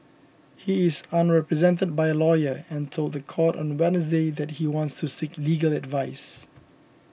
he is unrepresented by a lawyer and told the court on Wednesday that he wants to seek legal advice